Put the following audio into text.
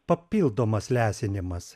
papildomas lesinimas